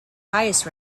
highest